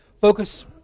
focus